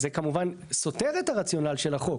אז זה כמובן סותר את הרציונל של החוק.